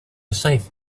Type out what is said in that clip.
safe